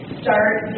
start